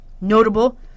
Notable